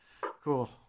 Cool